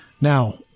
Now